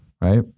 right